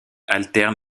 alternent